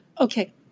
Okay